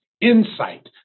insight